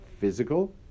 physical